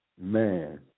man